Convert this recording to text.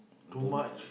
too much